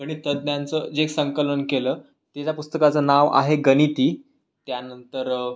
गणितज्ञांचं जे एक संकलन केलं ते ज्या पुस्तकाचं नाव आहे गणिती त्यानंतर